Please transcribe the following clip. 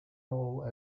role